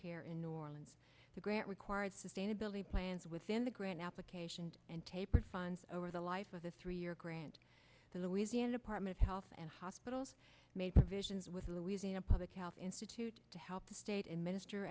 care in new orleans the grant required sustainability plans within the grant application and capered funds over the life of a three year grant the louisiana department of health and hospitals made provisions with the louisiana public health institute to help the state and minister